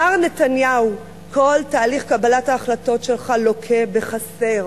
מר נתניהו, כל תהליך קבלת ההחלטות שלך לוקה בחסר.